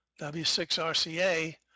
W6RCA